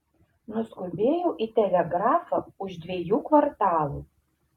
nuskubėjau į telegrafą už dviejų kvartalų